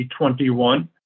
2021